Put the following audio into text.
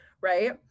right